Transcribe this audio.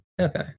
Okay